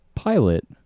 pilot